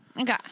Okay